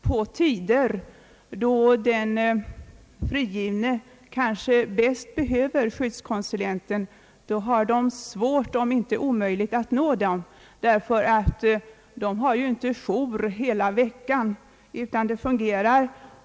På tider då den frigivne bäst behöver skyddskonsulenten är det svårt om inte omöjligt att nå honom, eftersom man inte har jour under hela veckan.